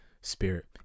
Spirit